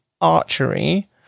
archery